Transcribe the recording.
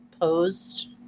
posed